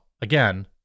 again